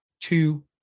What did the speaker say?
two